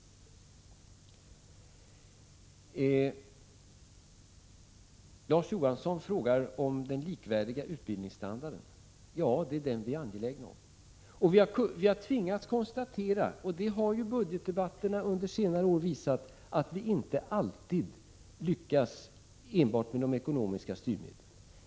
Larz Johansson ställde en fråga beträffande den likvärdiga utbildningsstandarden. Den är vi angelägna om. Men vi har tvingats konstatera att vi inte alltid lyckas enbart med de ekonomiska styrmedlen, vilket också budgetdebatterna under senare år har visat.